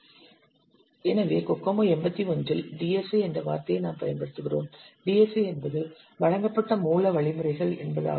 எனவே கோகோமோ 81 இல் DSI என்ற வார்த்தையை நாம் பயன்படுத்துகிறோம் DSI என்பது வழங்கப்பட்ட மூல வழிமுறைகள் என்பதாகும்